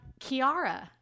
Kiara